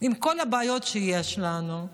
עם כל הבעיות שיש לנו,